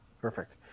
Perfect